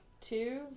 Two